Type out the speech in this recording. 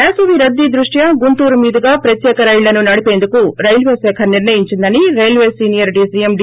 వేసవి రద్దీ దృష్ట్వా గుంటూరు మీదుగా ప్రత్యేక రైళ్లని నడిపేందుకు రైల్వే శాఖ నిర్ణయించిందని రైల్వే సీనియర్ డీసీఎం డి